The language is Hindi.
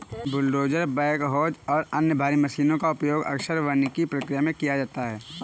बुलडोजर बैकहोज और अन्य भारी मशीनों का उपयोग अक्सर वानिकी प्रक्रिया में किया जाता है